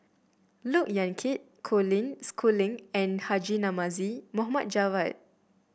Look Yan Kit Colin Schooling and Haji Namazie Mohd Javad